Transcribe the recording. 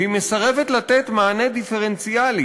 והיא מסרבת לתת מענה דיפרנציאלי